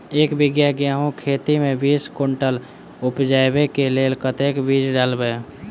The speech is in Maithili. एक बीघा गेंहूँ खेती मे बीस कुनटल उपजाबै केँ लेल कतेक बीज डालबै?